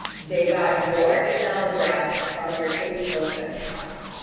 they got your email address from your facebook account,